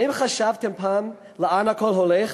האם חשבתם פעם לאן הכול הולך?